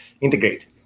integrate